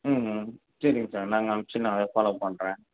ம் ம் சரிங்க சார் நாங்கள் அனுப்பிச்சி நான் அதை ஃபால்லோவ் பண்ணுறேன்